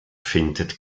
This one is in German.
findet